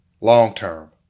long-term